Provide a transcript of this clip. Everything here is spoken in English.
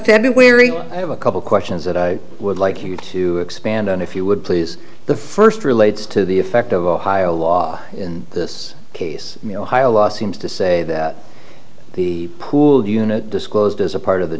february i have a couple questions that i would like you to expand on if you would please the first relates to the effect of ohio law in this case you know while law seems to say that the pool unit disclosed as a part of the